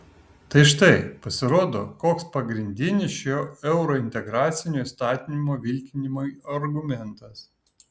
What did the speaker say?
tai štai pasirodo koks pagrindinis šio eurointegracinio įstatymo vilkinimo argumentas